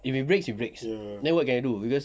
if it breaks it breaks then what can I do cause